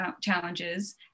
challenges